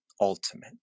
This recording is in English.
ultimate